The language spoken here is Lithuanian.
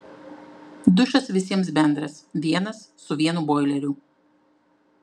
dušas visiems bendras vienas su vienu boileriu